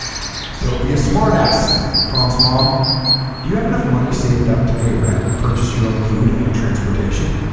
don't be a smart ass promise mom do you have enough money saved up to pay rent purchase your own food and transportation